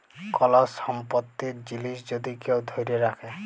call সম্পত্তির জিলিস যদি কেউ ধ্যইরে রাখে